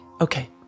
Okay